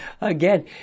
again